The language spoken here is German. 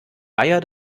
bayer